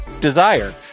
Desire